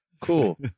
cool